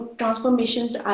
transformations